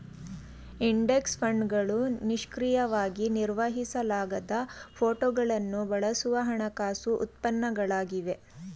index ಫಂಡ್ಗಳು ನಿಷ್ಕ್ರಿಯವಾಗಿ ನಿರ್ವಹಿಸಲಾಗದ ಫೋಟೋಗಳನ್ನು ಬಳಸುವ ಹಣಕಾಸು ಉತ್ಪನ್ನಗಳಾಗಿವೆ